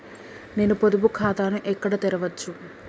నేను పొదుపు ఖాతాను ఎక్కడ తెరవచ్చు?